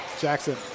Jackson